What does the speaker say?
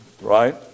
Right